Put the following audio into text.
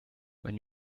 when